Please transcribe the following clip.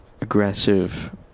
aggressive